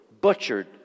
butchered